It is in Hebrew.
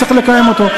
צריך לקיים אותו,